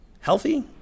healthy